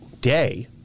day